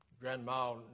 Grandma